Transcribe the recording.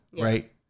Right